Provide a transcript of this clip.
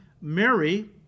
Mary